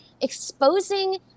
exposing